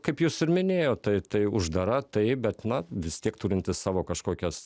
kaip jūs ir minėjot tai tai uždara taip bet na vis tiek turinti savo kažkokias